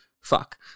Fuck